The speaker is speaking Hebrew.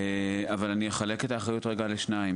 אבל אני אחלק את הנכונות לשניים,